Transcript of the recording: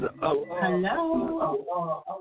Hello